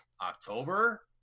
october